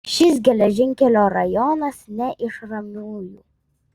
šis geležinkelio rajonas ne iš ramiųjų